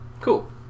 Cool